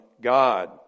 God